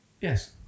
Yes